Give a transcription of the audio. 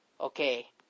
Okay